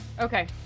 Okay